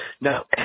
No